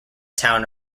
town